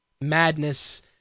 madness